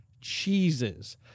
cheeses